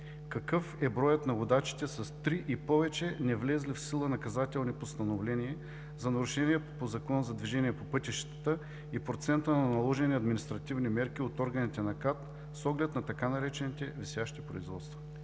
какъв е броят на водачите с три и повече невлезли в сила наказателни постановления за нарушение по Закона за движението по пътищата и процента на наложени административни мерки от органите на КАТ, с оглед на така наречените „висящи производства?